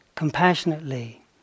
compassionately